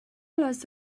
les